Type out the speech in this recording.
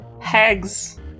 Hags